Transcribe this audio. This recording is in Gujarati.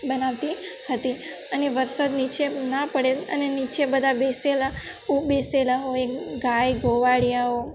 બનાવતી હતી અને વરસાદ નીચે ના પડે અને નીચે બધાં બેસેલાં બેસેલા હોય ગાય ગોવાળીયાઓ